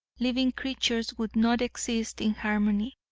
living creatures would not exist in harmony.